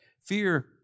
Fear